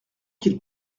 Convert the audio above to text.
qu’il